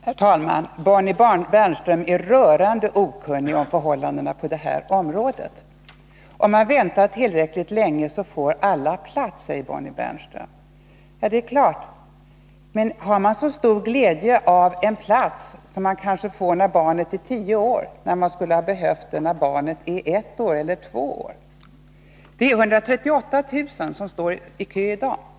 Herr talman! Bonnie Bernström är rörande okunnig om förhållandena på det här området. Om man väntar tillräckligt länge får man plats, säger Bonnie Bernström. Ja, det är klart. Men har man så stor glädje av en plats som man får när barnet är tio år, om man skulle ha behövt platsen när barnet var ett eller två år? Det är 138 000 som står i kö i dag.